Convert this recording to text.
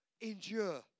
endure